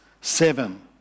seven